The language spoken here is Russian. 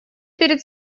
перед